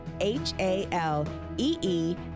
H-A-L-E-E